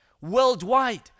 worldwide